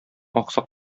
аксак